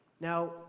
Now